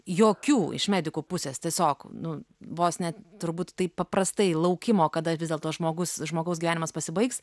jokių iš medikų pusės tiesiog nu vos ne turbūt taip paprastai laukimo kada vis dėlto žmogus žmogaus gyvenimas pasibaigs